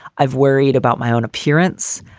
i've worried about my own appearance.